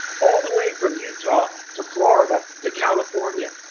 all the way from utah to florida to california,